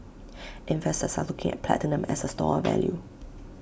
investors are looking at platinum as A store of value